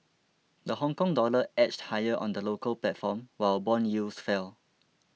the Hongkong dollar edged higher on the local platform while bond yields fell